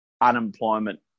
unemployment